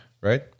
Right